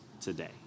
today